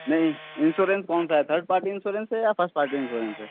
नहीं इंश्योरेंस कौन सा है थर्ड पार्टी इंश्योरेंस या फिर फर्स्ट पार्टी इंश्योरेंस है